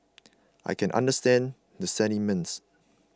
I can understand the sentiments